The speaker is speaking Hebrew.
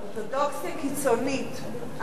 אורתודוקסית זה קיצונית,